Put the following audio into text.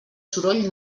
soroll